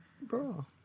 Bro